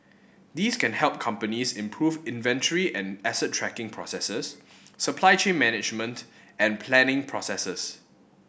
these can help companies improve inventory and asset tracking processes supply chain management and planning processes